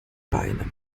beine